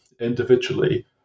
individually